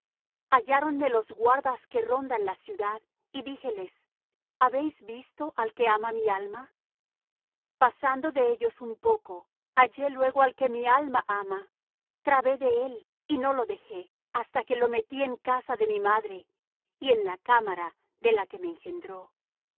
hallé halláronme los guardas que rondan la ciudad y díjeles habéis visto al que ama mi alma pasando de ellos un poco hallé luego al que mi alma ama trabé de él y no lo dejé hasta que lo metí en casa de mi madre y en la cámara de la que me engendró